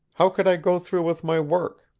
how could i go through with my work?